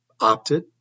opted